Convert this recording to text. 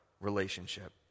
relationship